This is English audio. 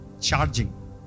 charging